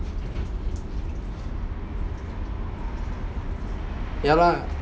ya lah